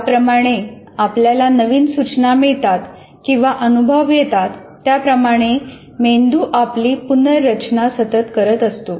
ज्याप्रमाणे आपल्याला नवीन सूचना मिळतात किंवा अनुभव येतात त्याप्रमाणे मेंदू आपली पुनर्रचना सतत करत असतो